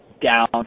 down